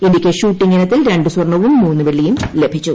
ഇന്ത്യയ്ക്ക് ഷൂട്ടിംഗ് ഇനത്തിൽ രണ്ട് സ്വർണവും മൂന്ന് വെള്ളിയും ലഭിച്ചു